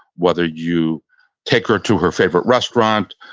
whether you take her to her favorite restaurant,